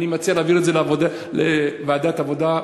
אני מציע להעביר את זה לוועדת העבודה,